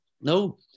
No